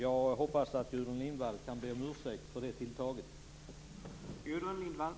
Jag hoppas att Gudrun Lindvall kan be om ursäkt för det tilltaget.